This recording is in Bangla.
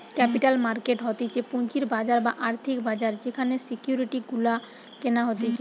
ক্যাপিটাল মার্কেট হতিছে পুঁজির বাজার বা আর্থিক বাজার যেখানে সিকিউরিটি গুলা কেনা হতিছে